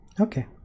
okay